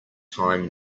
time